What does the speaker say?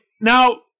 Now